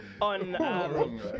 on